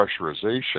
pressurization—